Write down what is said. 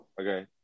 Okay